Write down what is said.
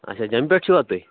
اَچھا جمہِ پٮ۪ٹھ چھِوٕ تُہۍ